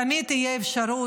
תמיד תהיה אפשרות,